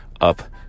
up